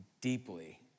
deeply